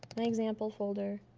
my example folder,